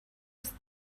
ist